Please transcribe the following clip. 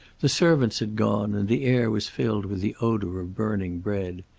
the servants had gone, and the air was filled with the odor of burning bread.